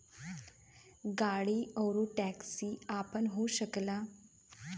गाड़ी आउर टैक्सी आपन हो सकला